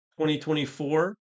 2024